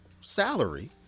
Salary